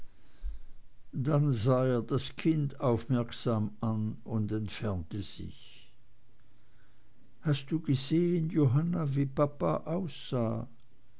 dann sah er das kind aufmerksam an und entfernte sich hast du gesehen johanna wie papa aussah